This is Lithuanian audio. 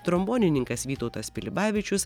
trombonininkas vytautas pilibavičius